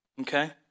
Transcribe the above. okay